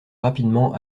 rapidement